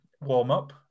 warm-up